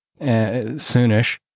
soonish